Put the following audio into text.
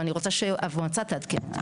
ואני רוצה שהמועצה תעדכן.